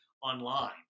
online